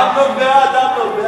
מי נמנע?